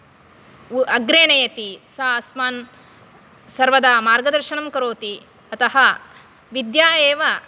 अग्रे नयति सा अस्मान् सर्वदा मार्गदर्शनं करोति अतः विद्या एव